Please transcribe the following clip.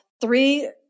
three